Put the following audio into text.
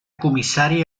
comissari